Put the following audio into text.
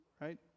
right